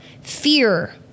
Fear